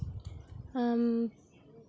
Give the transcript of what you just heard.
ᱟᱢ